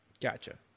gotcha